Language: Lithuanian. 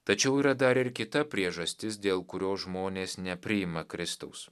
tačiau yra dar ir kita priežastis dėl kurios žmonės nepriima kristaus